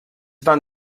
van